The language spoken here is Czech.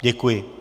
Děkuji.